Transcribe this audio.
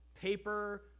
paper